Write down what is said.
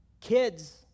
Kids